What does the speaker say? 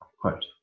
Quote